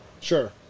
Sure